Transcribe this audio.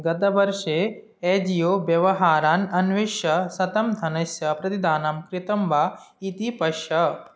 गतवर्षे एजियो व्यवहारान् अन्विष्य शतं धनस्य प्रतिदानं कृतं वा इति पश्य